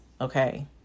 Okay